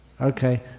Okay